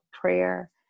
prayer